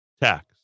tax